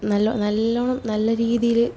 നല്ല നല്ലോണം നല്ല രീതിയില്